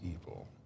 evil